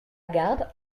garde